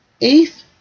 eighth